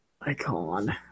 Icon